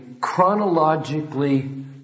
chronologically